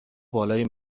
بالای